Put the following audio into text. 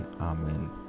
Amen